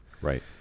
Right